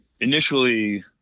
initially